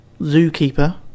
Zookeeper